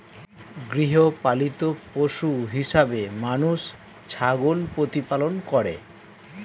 গৃহপালিত পশু হিসেবে মানুষ ছাগল প্রতিপালন করে